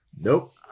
Nope